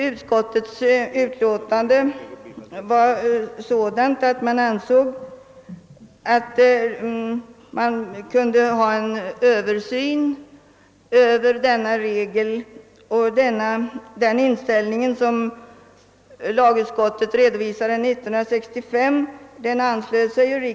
Utskottet framhöll i sitt utlåtande att en översyn av regeln kunde vara befogad, och till denna utskottets mening anslöt sig kamrarna.